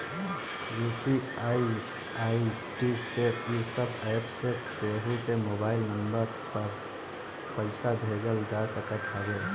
UPI ID से इ सब एप्प से केहू के मोबाइल नम्बर पअ पईसा भेजल जा सकत हवे